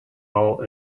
all